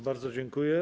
Bardzo dziękuję.